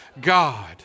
God